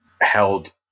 held